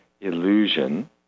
illusion